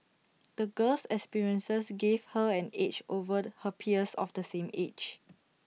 the girl's experiences gave her an edge over her peers of the same age